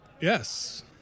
yes